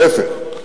להיפך.